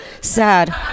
sad